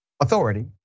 Authority